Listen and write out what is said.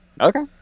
Okay